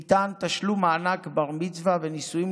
ניתן תשלום מענק בר-מצווה ונישואים